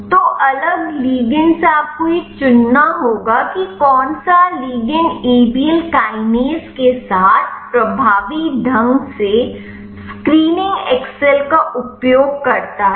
तो अलग लिगंड से आपको यह चुनना होगा कि कौन सा ligand A B L kinase के साथ प्रभावी ढंग से स्क्रीनिंग एक्सेल का उपयोग करता है